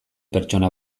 pertsona